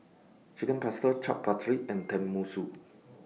Chicken Pasta Chaat Papri and Tenmusu